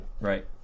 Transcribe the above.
right